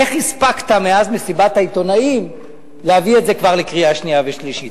איך הספקת מאז מסיבת העיתונאים להביא את זה כבר לקריאה שנייה ושלישית,